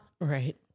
right